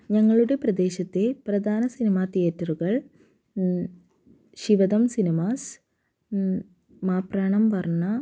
ഞങ്ങളുടെ പ്രദേശത്തെ പ്രധാന സിനിമാ തിയേറ്ററുകള് ശിവദം സിനിമാസ് മാപ്രാണം വര്ണ്ണ